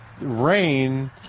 rain